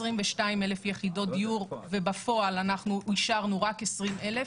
22,000 יחידות דיור כשבפועל אישרנו רק 20,000,